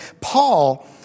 Paul